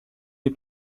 les